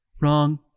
Wrong